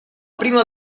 prima